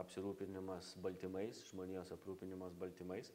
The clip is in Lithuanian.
apsirūpinimas baltymais žmonijos aprūpinimas baltymais